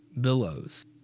billows